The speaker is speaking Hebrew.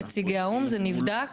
מול נציגי האו"ם זה נבדק?